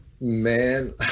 Man